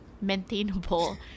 maintainable